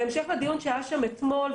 בהמשך לדיון שהיה אתמול,